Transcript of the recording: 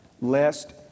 lest